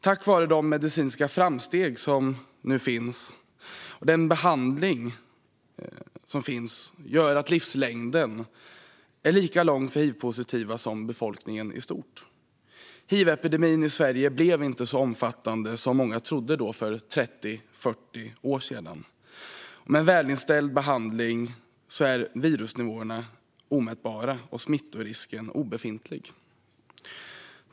Tack vare de medicinska framsteg som gjorts och den behandling som finns är livslängden lika lång för hivpositiva som för befolkningen i stort. Hivepidemin i Sverige blev inte så omfattande som många trodde för 30-40 år sedan. Med en välinställd behandling är virusnivåerna omätbara och smittorisken obefintlig.